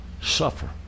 suffer